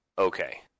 Okay